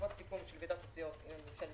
בעקבות סיכום של ועידת התביעות עם ממשלת